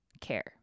care